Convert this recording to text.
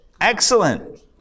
Excellent